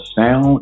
sound